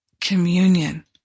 Communion